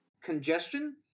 congestion